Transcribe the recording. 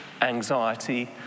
anxiety